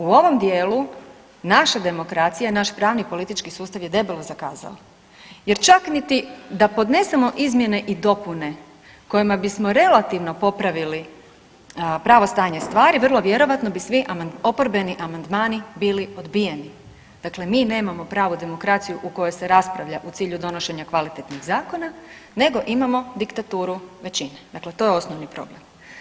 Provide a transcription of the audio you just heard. U ovom dijelu naša demokracija i naš pravni i politički sustav je debelo zakazao jer čak niti da podnesemo izmjene i dopune kojima bismo relativno popravili pravo stanje stvari vrlo vjerojatno bi svi oporbeni amandmani bili odbijeni, dakle mi nemamo pravu demokraciju u kojoj se raspravlja u cilju donošenja kvalitetnih zakona nego imamo diktaturu većine, dakle to je osnovni problem.